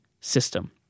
system